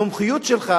המומחיות שלך,